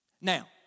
Now